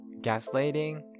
Gaslighting